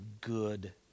good